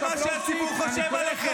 מה, שהסדרנים יוציאו אותי גם?